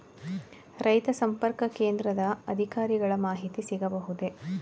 ರೈತ ಸಂಪರ್ಕ ಕೇಂದ್ರದ ಅಧಿಕಾರಿಗಳ ಮಾಹಿತಿ ಸಿಗಬಹುದೇ?